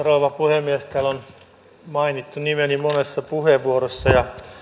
rouva puhemies täällä on mainittu nimeni monessa puheenvuorossa